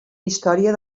història